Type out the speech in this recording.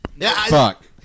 fuck